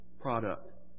product